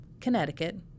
Connecticut